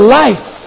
life